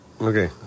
Okay